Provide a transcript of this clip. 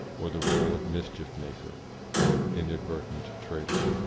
or the role of mis chief-maker or inadvertent traitor.